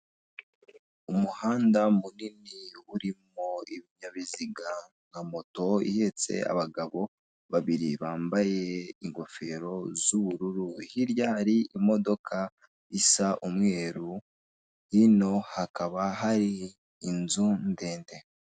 Umuhanda munini urimo ibinyabiziga na moto ihetse abagabo babiri bambaye ingofero z'ubururu. Hirya hari imodoka isa umweru, hino hakaba hari inzu ndende.